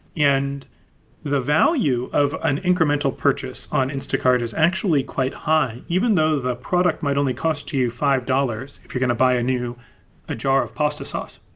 and the value of an incremental purchase on instacart is actually quite high even though that product might only cost you five dollars if you're going to buy a new a jar of pasta sauce.